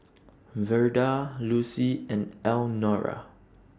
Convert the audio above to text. Verda Lucy and Elnora